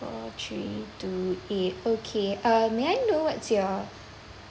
four three two eight okay uh may I know what's your